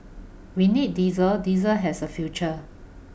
we need diesel diesel has a future